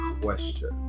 question